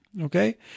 Okay